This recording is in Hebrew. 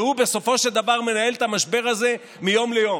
והוא בסופו של דבר מנהל את המשבר הזה מיום ליום.